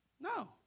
no